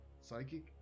Psychic